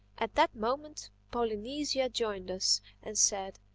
at that moment polynesia joined us and said,